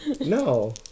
No